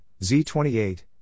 Z28